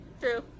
True